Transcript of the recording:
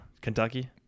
Kentucky